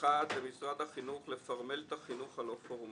למשרד החינוך לפרמל את החינוך הלא פורמלי.